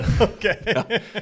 Okay